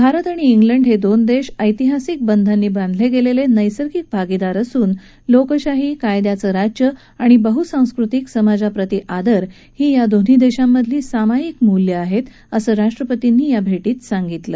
भारत आणि कुंड हे दोन देश ऐतिहासिक बंधांनी बांधले गेलेले नैसर्गिक भागीदार असून लोकशाही कायद्याचं राज्य आणि बहुसांस्कृतिक समाजाप्रती आदर ही या दोन्ही देशांमधली सामायिक मूल्यं आहेत असं राष्ट्रपतींनी या भेटीत सांगितलं